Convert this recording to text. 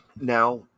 Now